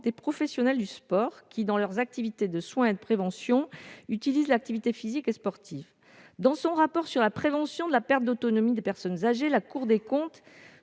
des professionnels du sport, qui, dans leurs activités de soin et de prévention, utilisent l'activité physique et sportive. Dans son rapport sur la prévention de la perte d'autonomie des personnes âgées, la Cour des comptes